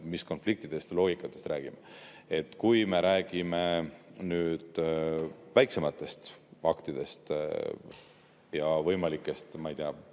mis konfliktidest või loogikatest räägime. Kui me räägime väiksematest aktidest ja võimalikest, ma ei tea,